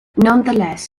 nonetheless